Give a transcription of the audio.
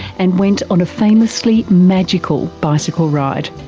and went on a famously magical bicycle ride.